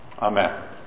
Amen